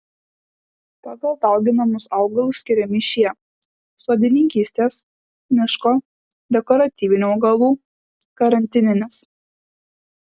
pagal dauginamus augalus skiriami šie sodininkystės miško dekoratyvinių augalų karantininis